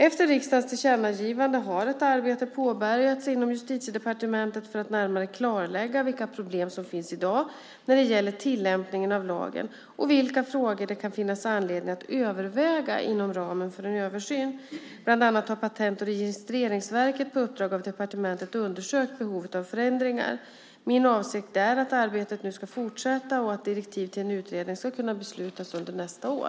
Efter riksdagens tillkännagivanden har ett arbete påbörjats inom Justitiedepartementet för att närmare klarlägga vilka problem som i dag finns när det gäller tillämpningen av lagen och vilka frågor som det kan finnas anledning att överväga inom ramen för en översyn. Bland annat har Patent och registreringsverket på uppdrag av departementet undersökt behovet av förändringar. Min avsikt är att arbetet nu ska fortsätta och att direktiv till en utredning ska beslutas under nästa år.